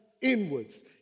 inwards